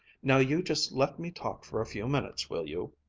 now you just let me talk for a few minutes, will you?